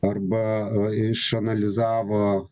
arba išanalizavo